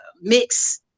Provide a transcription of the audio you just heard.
mix